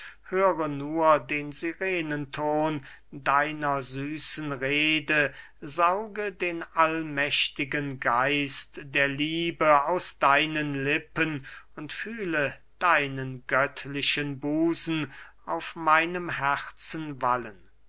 höre nur den sirenenton deiner süßen rede sauge den allmächtigen geist der liebe aus deinen lippen und fühle deinen göttlichen busen auf meinem herzen wallen